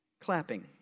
clapping